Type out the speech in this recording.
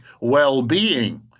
well-being